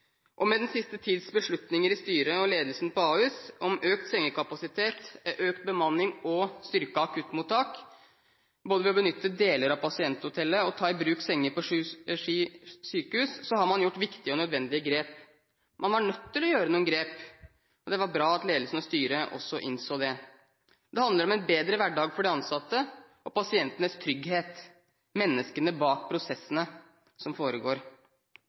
utfordringer. Med den siste tids beslutninger i styret og ledelsen på Ahus om økt sengekapasitet, økt bemanning og styrket akuttmottak både ved å benytte deler av pasienthotellet og å ta i bruk senger på Ski sykehus, har man tatt viktige og nødvendige grep. Man var nødt til å ta noen grep. Det var bra at ledelsen og styret også innså det. Det handler om en bedre hverdag for de ansatte og pasientenes trygghet – menneskene bak prosessene som foregår.